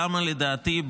למה לדעתי,